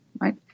right